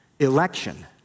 election